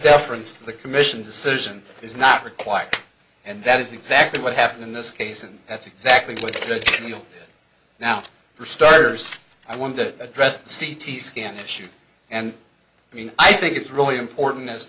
deference to the commission decision is not required and that is exactly what happened in this case and that's exactly what the deal now for starters i want to address the c t scan issue and i mean i think it's really important as